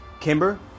Kimber